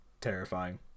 terrifying